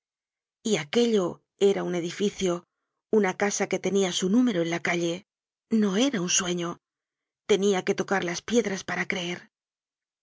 y aquello era un edificio una casa que tenia su número en la calle no era un sueño tenia que tocar las piedras para creer el